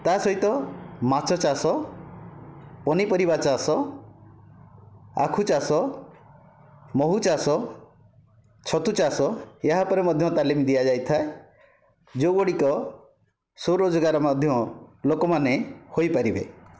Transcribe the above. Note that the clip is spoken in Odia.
ତା' ସହିତ ମାଛଚାଷ ପନିପରିବା ଚାଷ ଆଖୁ ଚାଷ ମହୁ ଚାଷ ଛତୁ ଚାଷ ଏହା ଉପରେ ମଧ୍ୟ ତାଲିମ୍ ଦିଆଯାଇଥାଏ ଯେଉଁଗୁଡ଼ିକ ସ୍ୱରୋଜଗାର ମଧ୍ୟ ଲୋକମାନେ ହୋଇପାରିବେ